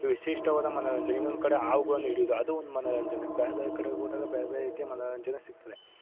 ವಿಶಿಷ್ಟವಾದ ಮನೋರಂಜನೆ ಇನ್ನೊಂದು ಕಡೆ ಅವ್ಗಳನ್ನ ಹಿಡಿಯೋದು ಅದು ಒಂದು ಮನೋರಂಜನೆ ಬೇರೆ ಬೇರೆ ಕಡೆ ಹೋದಾಗ ಬೇರೆ ಬೇರೆ ರೀತಿಯ ಮನೋರಂಜನೆ ಸಿಕ್ತದೆ